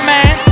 Man